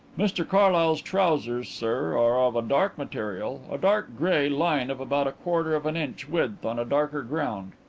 mr carlyle's trousers, sir, are of a dark material, a dark grey line of about a quarter of an inch width on a darker ground.